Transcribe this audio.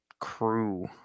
crew